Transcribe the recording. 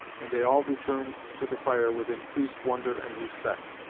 and they all returned to the fire with increased wonder and respect.